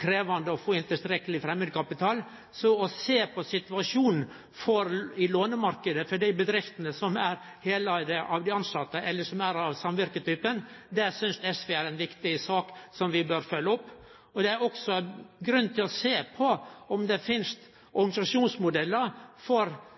krevjande å få inn tilstrekkeleg framand kapital. Så det å sjå på situasjonen i lånemarknaden for dei bedriftene som er heileigde av de tilsette, eller som er av samvirketypen, synest SV er ei viktig sak som vi bør følgje opp. Det er også grunn til å sjå på om det finst organisasjonsmodellar for bedrifter